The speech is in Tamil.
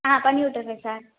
ஆ பண்ணிவிட்டுட்றேன் சார்